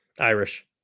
Irish